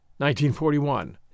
1941